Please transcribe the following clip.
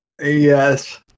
Yes